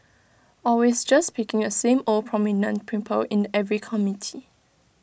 always just picking the same old prominent people in every committee